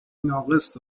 ناقص